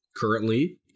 currently